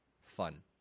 fun